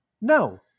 No